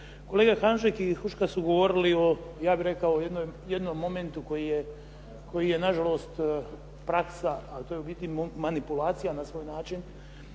Kolega Hanžek i Huška su govorili o ja bih rekao jednom momentu koji je na žalost praksa a to je u biti manipulacija na svoj način